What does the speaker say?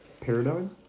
Paradigm